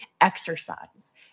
exercise